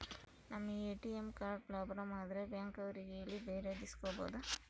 ನಮ್ ATM card problem ಆದ್ರೆ bank ಅವ್ರಿಗೆ ಹೇಳಿ ಬೇರೆದು ಇಸ್ಕೊಬೋದು